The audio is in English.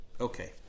okay